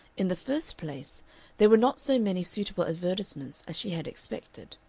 in the first place there were not so many suitable advertisements as she had expected.